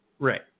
Right